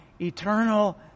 eternal